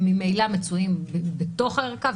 הם ממילא מצויים בתוך הערכה,